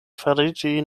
fariĝi